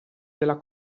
della